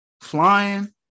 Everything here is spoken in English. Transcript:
flying